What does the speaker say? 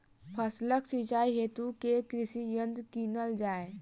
फसलक सिंचाई हेतु केँ कृषि यंत्र कीनल जाए?